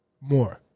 more